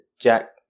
Jack